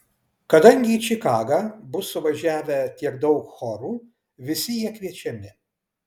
kadangi į čikagą bus suvažiavę tiek daug chorų visi jie kviečiami